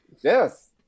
Yes